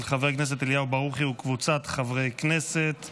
של חבר הכנסת אליהו ברוכי וקבוצת חברי הכנסת.